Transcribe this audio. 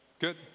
Good